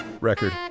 record